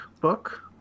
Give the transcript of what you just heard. book